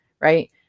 right